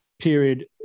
period